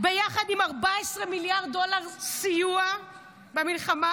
יחד עם 14 מיליארד דולר סיוע במלחמה,